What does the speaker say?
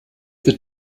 wird